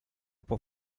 può